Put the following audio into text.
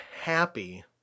happy